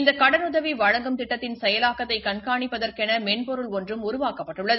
இந்த கடனுதவி வழங்கும் திட்டத்தின் செயலாக்கத்தை கண்காணிப்பதற்கென மென்பொருள் ஒன்றும் உருவாக்கப்பட்டுள்ளது